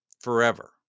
forever